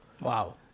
Wow